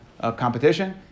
competition